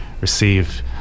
receive